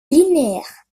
linéaires